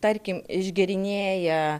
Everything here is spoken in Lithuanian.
tarkim išgėrinėja